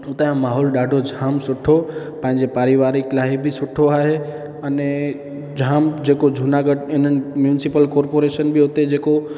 हुतांजो माहौलु ॾाढो जाम सुठो पंहिंजे पारिवारिक लाइ बि सुठो आहे अने जाम जेको जूनागढ़ इन्हनि म्युनिसिपल कॉरपोरेशन बि हुते जेको